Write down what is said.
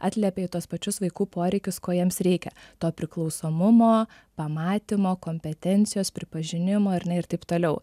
atliepia į tuos pačius vaikų poreikius ko jiems reikia to priklausomumo pamatymo kompetencijos pripažinimo ar ne ir taip toliau